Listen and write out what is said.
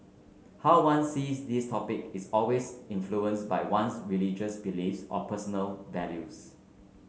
how one sees these topic is always influenced by one's religious beliefs or personal values